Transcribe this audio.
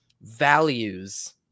values